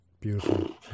beautiful